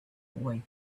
boy